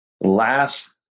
last